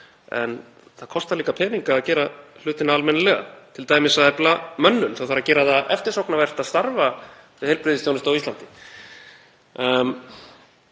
en það kostar líka peninga að gera hlutina almennilega, t.d. að efla mönnun. Það þarf að gera það eftirsóknarvert að starfa í heilbrigðisþjónustu á Íslandi.